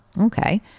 okay